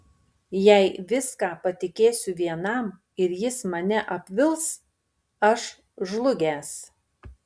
jei viską patikėsiu vienam ir jis mane apvils aš žlugęs